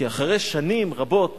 כי אחרי שנים רבות